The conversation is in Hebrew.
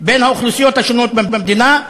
בין האוכלוסיות השונות במדינה,